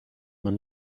man